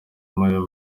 maria